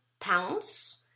pounds